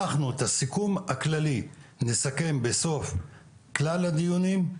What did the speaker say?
אנחנו את הסיכום הכללי נסכם בסוף כלל הדיונים,